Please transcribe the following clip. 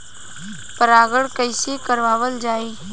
परागण कइसे करावल जाई?